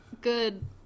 good